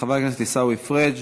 חבר כנסת עיסאווי פריג',